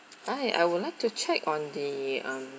hi I would like to check on the um